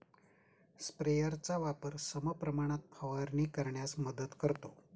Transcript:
स्प्रेयरचा वापर समप्रमाणात फवारणी करण्यास मदत करतो